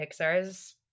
Pixar's